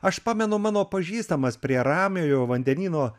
aš pamenu mano pažįstamas prie ramiojo vandenyno